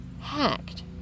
hacked